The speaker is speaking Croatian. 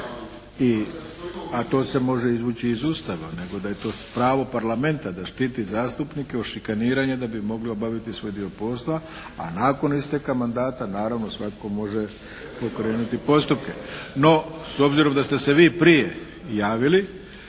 a to se može izvući iz Ustava. Nego da je to pravo Parlamenta da štiti zastupnike od šikaniranja da bi mogli obaviti svoj dio posla, a nakon isteka mandata naravno svatko može pokrenuti postupke. No, s obzirom da ste se vi prije javili